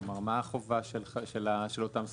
כלומר, מה החובה של אותם ספקים?